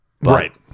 Right